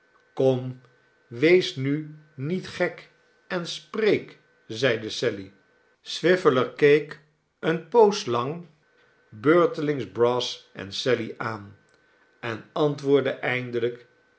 kom wees nu niet gek en spreek zeide sally swiveller keek eene poos lang beurtelings brass en sally aan en antwoordde eindelijk